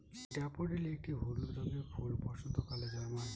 daffodil একটি হলুদ রঙের ফুল বসন্তকালে জন্মায়